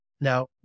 Now